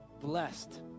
Blessed